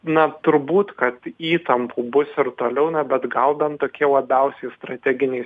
na turbūt kad įtampų bus ir toliau na bet gal bent tokie labiausiai strateginiai